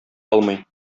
алмый